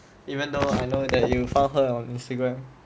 even though I know that you found her on instagram